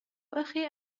أخي